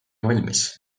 valmis